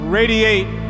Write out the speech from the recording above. radiate